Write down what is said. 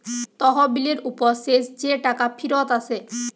তহবিলের উপর শেষ যে টাকা ফিরত আসে